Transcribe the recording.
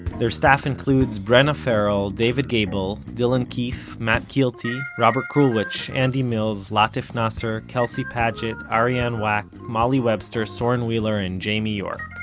their staff includes brenna farrell, david gebel, dylan keefe, matt kielty, robert krulwich, andy mills, latif nasser, kelsey padgett, arianne wack, molly webster, soren wheeler and jamie york.